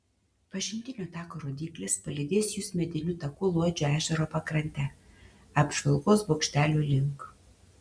pažintinio tako rodyklės palydės jus mediniu taku luodžio ežero pakrante apžvalgos bokštelio link